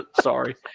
sorry